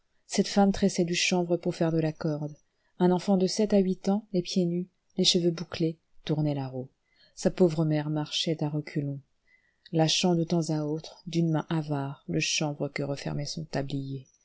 cette femme tressait du chanvre pour faire de la corde un enfant de sept à huit ans les pieds nus les cheveux bouclés tournait la roue sa pauvre mère marchait à reculons lâchant de temps à autre d'une main avare le chanvre que renfermait son tablier